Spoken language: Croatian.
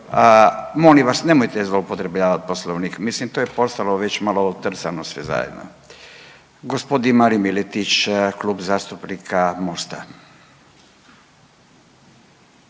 Molim vas nemojte zloupotrebljavati Poslovnik. Mislim to je postalo već malo otrcano sve zajedno. Gospodin Marin Miletić Klub zastupnika MOST-a.